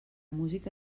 música